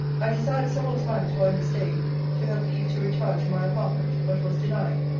i desired several times, while he staid, to have leave to retire to my apartment but was denied.